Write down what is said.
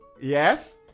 Yes